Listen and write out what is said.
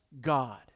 God